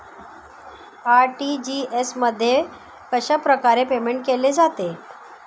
RTGS मध्ये कशाप्रकारे payment केले जाते?